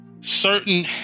certain